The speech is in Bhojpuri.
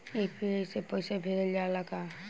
यू.पी.आई से पईसा भेजल जाला का?